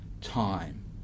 time